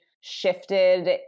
shifted